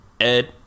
ed